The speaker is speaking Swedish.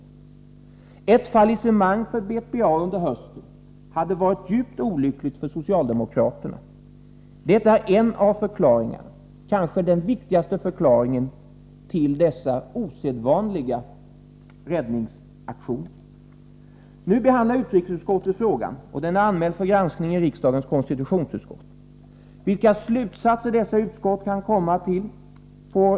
Ett fallissemang för BPA under hösten skulle ha varit djupt olyckligt för socialdemokraterna. Det är en av förklaringarna — kanske den viktigaste förklaringen — till dessa osedvanliga räddningsaktioner. F.n. behandlar utrikesutskottet frågan. Dessutom är frågan anmäld för granskning i riksdagens konstitutionsutskott. Vi får avvakta de slutsatser som detta utskott kan komma att dra.